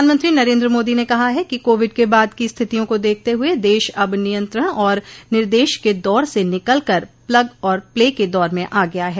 प्रधानमंत्री नरेन्द्र मोदी ने कहा है कि कोविड के बाद की स्थितियों को देखते हुए देश अब नियंत्रण आर निर्देश के दौर से निकलकर प्लग और प्ले के दौर में आ गया है